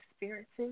experiences